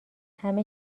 همه